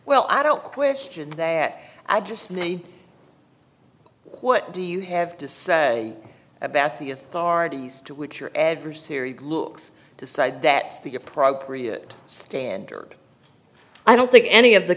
well i don't question that i just mean what do you have to say about the authorities to which your adversary looks decide that it's the appropriate standard i don't think any of the